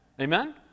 Amen